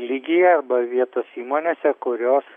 lygyje arba vietos įmonėse kurios